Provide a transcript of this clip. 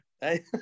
Hey